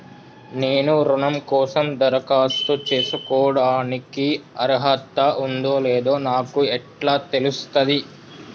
నేను రుణం కోసం దరఖాస్తు చేసుకోవడానికి అర్హత ఉందో లేదో నాకు ఎట్లా తెలుస్తది?